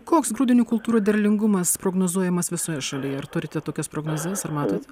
koks grūdinių kultūrų derlingumas prognozuojamas visoje šalyje ar turite tokias prognozes ar matot